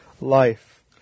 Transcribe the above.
life